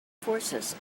forces